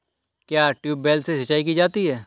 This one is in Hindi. क्या ट्यूबवेल से सिंचाई की जाती है?